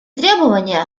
требования